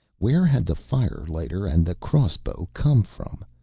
where had the firelighter and the crossbow come from?